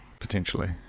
Potentially